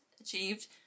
achieved